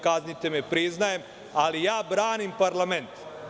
Kaznite me, priznajem, ali branim parlament.